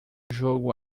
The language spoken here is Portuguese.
jogo